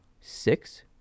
six